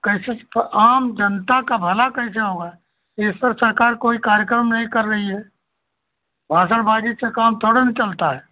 कैसे तो आम जनता का भला कैसे होगा इस पर सरकार कोई कार्यक्रम नहीं कर रही है भाषणबाज़ी से काम थोड़ी ना चलता है